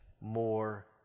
more